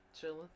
Chilling